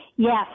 Yes